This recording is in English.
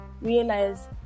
realize